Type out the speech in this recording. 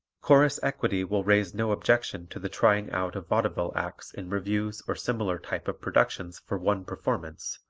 chorus equity will raise no objection to the trying out of vaudeville acts in revues or similar type of productions for one performance,